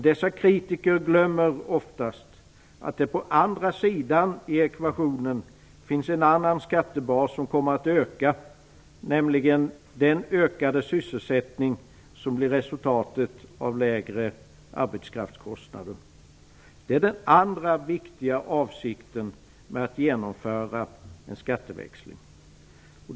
Dessa kritiker glömmer oftast att det på andra sidan i ekvationen finns en annan skattebas som kommer att öka, nämligen den ökade sysselsättning som blir resultatet av lägre arbetskraftskostnader. Det är den andra viktiga avsikten med att genomföra en skatteväxling.